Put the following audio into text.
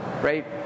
right